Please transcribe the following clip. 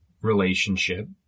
relationship